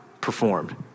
performed